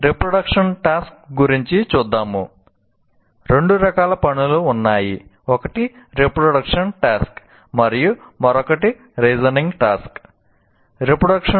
రెండు రకాల పనులు ఉన్నాయి ఒకటి రీప్రొడక్షన్